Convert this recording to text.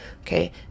okay